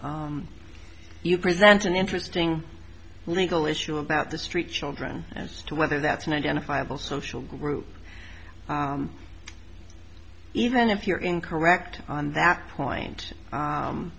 present an interesting legal issue about the street children as to whether that's an identifiable social group even if you're incorrect on that point